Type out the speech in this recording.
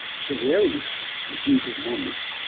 so the eldest, the duke of monmouth,